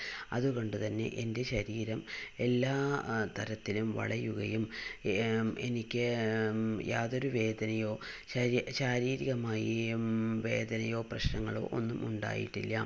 അതുകൊണ്ട് തന്നെ എൻ്റെ ശരീരം എല്ലാ തരത്തിലും വളയുകയും എനിക്ക് യാതൊരു വേദനയോ ശരീ ശാരീരികമായും വേദനയോ പ്രശ്നനങ്ങളോ ഒന്നും ഉണ്ടായിട്ടില്ല